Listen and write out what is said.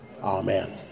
amen